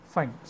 Fine